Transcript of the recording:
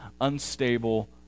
unstable